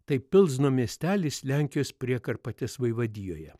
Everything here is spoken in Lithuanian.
tai pilzno miestelis lenkijos priekarpatės vaivadijoje